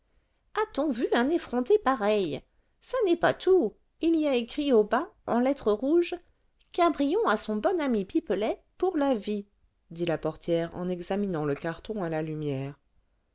a-t-on vu un effronté pareil ça n'est pas tout il y a écrit au bas en lettres rouges cabrion à son bon ami pipelet pour la vie dit la portière en examinant le carton à la lumière